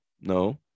no